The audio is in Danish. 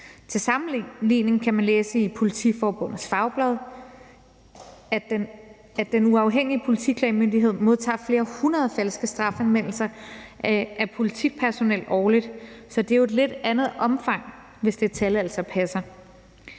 Til sammenligning kan man læse i Politiforbundets fagblad, at Den Uafhængige Politiklagemyndighed modtager flere hundrede falske strafanmeldelser årligt, så det er jo et lidt andet omfang, hvis det tal altså passer.